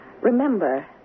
Remember